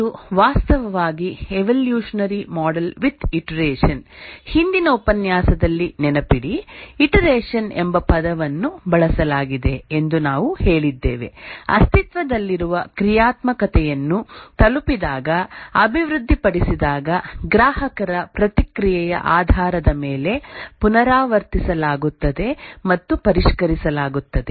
ಇದು ವಾಸ್ತವವಾಗಿ evolutionary model with iteration ಹಿಂದಿನ ಉಪನ್ಯಾಸದಲ್ಲಿ ನೆನಪಿಡಿ ಇಟರೆಷನ್ ಎಂಬ ಪದವನ್ನು ಬಳಸಲಾಗಿದೆ ಎಂದು ನಾವು ಹೇಳಿದ್ದೇವೆ ಅಸ್ತಿತ್ವದಲ್ಲಿರುವ ಕ್ರಿಯಾತ್ಮಕತೆಯನ್ನು ತಲುಪಿಸಿದಾಗ ಅಭಿವೃದ್ಧಿಪಡಿಸಿದಾಗ ಗ್ರಾಹಕರ ಪ್ರತಿಕ್ರಿಯೆಯ ಆಧಾರದ ಮೇಲೆ ಪುನರಾವರ್ತಿಸಲಾಗುತ್ತದೆ ಮತ್ತು ಪರಿಷ್ಕರಿಸಲಾಗುತ್ತದೆ